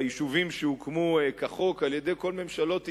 ביישובים שהוקמו כחוק על-ידי כל ממשלות ישראל,